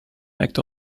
act